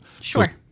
Sure